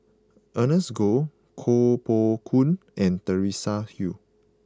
Ernest Goh Koh Poh Koon and Teresa Hsu